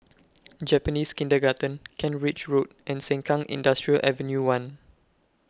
Japanese Kindergarten Kent Ridge Road and Sengkang Industrial Ave one